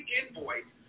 invoice